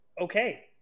Okay